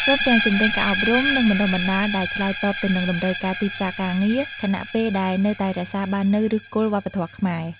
ព្រមទាំងជំរុញការអប់រំ និងបណ្ដុះបណ្ដាលដែលឆ្លើយតបទៅនឹងតម្រូវការទីផ្សារការងារ ខណៈពេលដែលនៅតែរក្សាបាននូវឫសគល់វប្បធម៌ខ្មែរ។